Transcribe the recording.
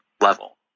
level